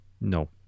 No